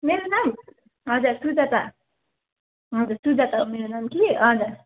मेरो नाम हजुर सुजाता हजुर सुजाता हो मेरो नाम कि हजुर